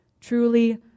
Truly